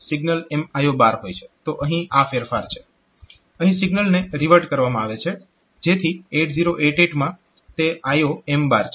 તો અહીં આ ફેરફાર છે અહીં સિગ્નલને રિવર્ટ કરવામાં આવે છે જેથી 8088 માં તે IOM છે